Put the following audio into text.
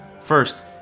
First